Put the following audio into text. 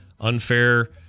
unfair